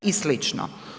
i slično.